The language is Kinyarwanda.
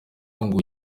ngo